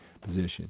position